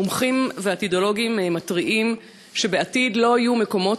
מומחים ועתידולוגים מתריעים שבעתיד לא יהיו מקומות